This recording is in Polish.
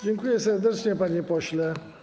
Dziękuję serdecznie, panie pośle.